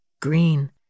green